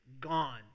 gone